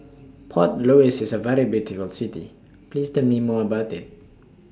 Port Louis IS A very beautiful City Please Tell Me More about IT